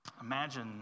Imagine